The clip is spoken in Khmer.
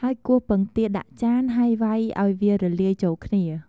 ហើយគោះពងទាដាក់ចាន ហើយវ៉ៃឱ្យវារលាយចូលគ្នា។